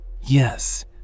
Yes